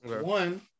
One